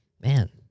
Man